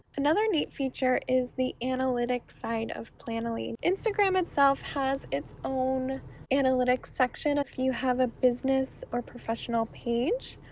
another neat feature is the analytics side of planoly. instagram itself has its own analytics section if you have a business or professional page.